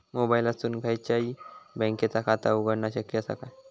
मोबाईलातसून खयच्याई बँकेचा खाता उघडणा शक्य असा काय?